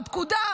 לפקודה,